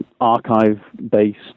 archive-based